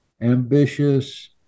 ambitious